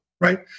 Right